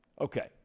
Okay